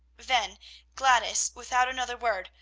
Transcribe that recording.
then gladys, without another word,